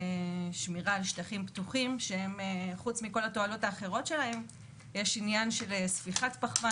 על שטחים פתוחים שחוץ מכל התועלות האחרות שלהם יש עניין של ספיחת פחמן,